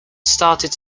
started